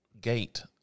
gate